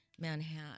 Manhattan